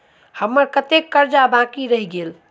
हम्मर कत्तेक कर्जा बाकी रहल गेलइ?